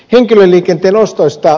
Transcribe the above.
henkilöliikenteen ostoista